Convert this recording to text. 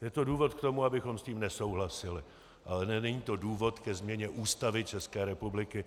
Je to důvod k tomu, abychom s tím nesouhlasili, ale není to důvod ke změně Ústavy České republiky.